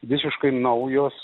visiškai naujos